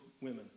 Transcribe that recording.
women